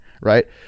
right